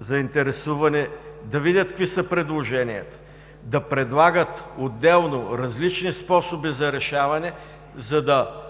заинтересовани да видят какви са предложенията, да предлагат отделно различни способи за решаване, за да